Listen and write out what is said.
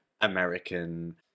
American